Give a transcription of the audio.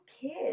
kids